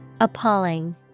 Appalling